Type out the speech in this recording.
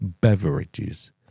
beverages